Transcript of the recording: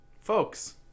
Folks